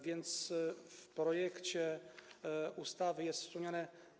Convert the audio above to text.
W projekcie ustawy jest wspomniane.